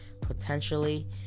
potentially